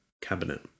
cabinet